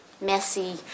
messy